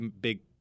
big